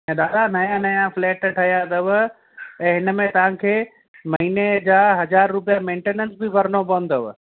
ऐं दादा नया नया फ़िलेट ठहिया अथव ऐं हिनमें तव्हांखे महीने जा हज़ार रुपिया मैनटेनन्स बि भरिणो पवंदव